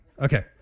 Okay